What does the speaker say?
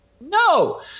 No